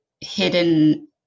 hidden